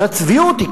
אבל הצביעות היא,